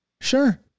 Sure